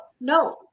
No